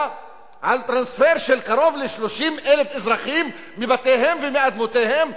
על טרנספר של קרוב ל-30,000 אזרחים מבתיהם ומאדמותיהם,